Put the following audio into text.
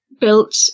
built